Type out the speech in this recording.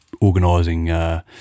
organising